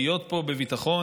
להיות פה בביטחון,